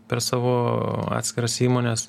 per savo atskiras įmones